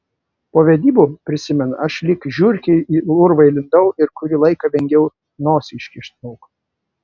po vedybų prisimena aš lyg žiurkė į urvą įlindau ir kurį laiką vengiau nosį iškišti lauk